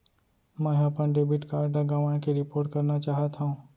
मै हा अपन डेबिट कार्ड गवाएं के रिपोर्ट करना चाहत हव